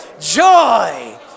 joy